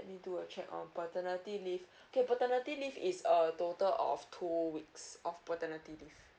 let me do a check on paternity leave okay paternity leave is a total of two weeks of paternity leave